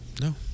No